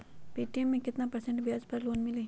Paytm मे केतना percent ब्याज पर लोन मिली?